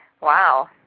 Wow